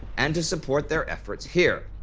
and to support their efforts here.